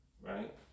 Right